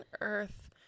earth